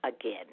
again